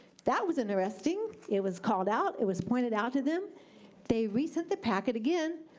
that was interesting. it was called out. it was pointed out to them they resent the packet again,